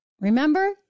Remember